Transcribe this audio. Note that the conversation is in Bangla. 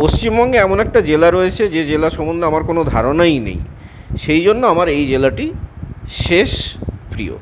পশ্চিমবঙ্গে এমন একটি জেলা রয়েছে যে জেলা সম্বন্ধে আমার কোন ধারনাই নেই সেই জন্য আমার এই জেলাটি শেষ প্রিয়